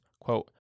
quote